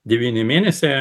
devyni mėnesiai